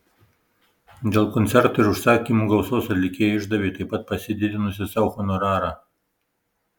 dėl koncertų ir užsakymų gausos atlikėja išdavė taip pat pasididinusi sau honorarą